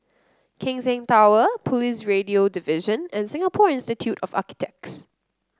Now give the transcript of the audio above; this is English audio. Keck Seng Tower Police Radio Division and Singapore Institute of Architects